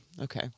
Okay